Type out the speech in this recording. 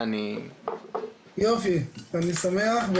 אני שמח.